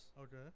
Okay